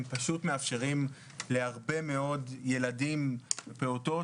הם פשוט מאפשרים להרבה מאוד ילדים ופעוטות,